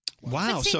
Wow